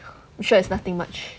you sure it's nothing much